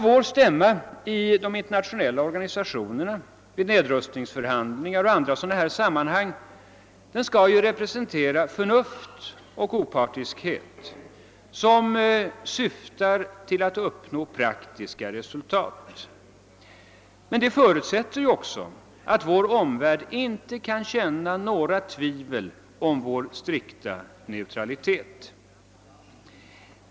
Vår stämma i de internationella organisationerna, vid nedrustningsförhandlingar och i andra sådana sammanhang skall ju representera förnuft och opartiskhet som syftar till att uppnå praktiska lösningar. Det förutsätter emellertid att vår omvärld inte kan känna några tvivel om vår strikta neutralitet.